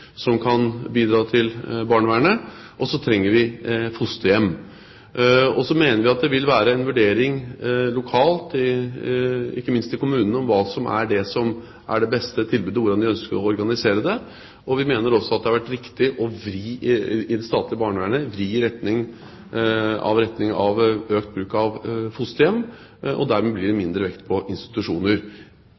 så trenger vi fosterhjem. Så mener vi det vil være en vurdering lokalt, ikke minst i kommunene, av hva som er det beste tilbudet og hvordan de ønsker å organisere det. Vi mener også at det har vært riktig å vri det statlige barnevernet i retning av økt bruk av fosterhjem, og dermed blir det mindre vekt på institusjoner.